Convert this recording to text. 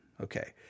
Okay